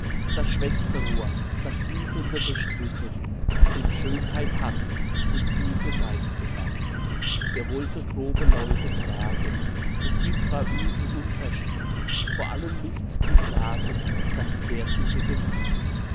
das schwächste rohr das wütende bestritten dem schönheit haß und güte neid gebähr wer wollte grobe leute fragen um bittrer übel unterschied vor allen misst die plagen das zärtliche gemüth